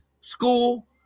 school